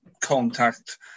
contact